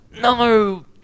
No